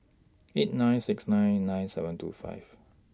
eight nine six nine nine seven two five